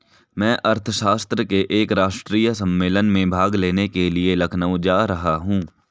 मैं अर्थशास्त्र के एक राष्ट्रीय सम्मेलन में भाग लेने के लिए लखनऊ जा रहा हूँ